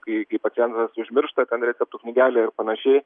kai pacientas užmiršta ten receptų knygelę ir panašiai